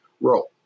role